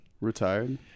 Retired